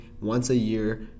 once-a-year